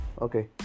Okay